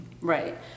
Right